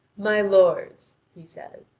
my lords, he said,